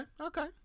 okay